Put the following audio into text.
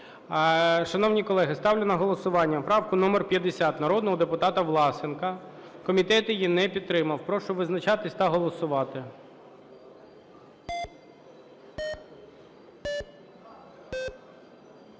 Шановні колеги, ставлю на голосування правку номер 50 народного депутата Власенка, комітет її не підтримав. Прошу визначатись та голосувати.